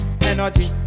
Energy